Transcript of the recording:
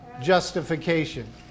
justification